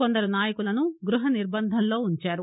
కొందరు నాయకులను గృహ నిర్బంధంలో ఉ ంచారు